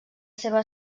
seva